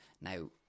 now